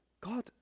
God